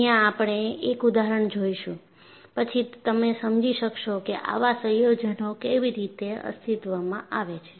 અહિયાં આપણે એક ઉદાહરણ જોઈશું પછી તમે સમજી શકશો કે આવા સંયોજન કેવી રીતે અસ્તિત્વમાં આવે છે